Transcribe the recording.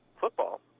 football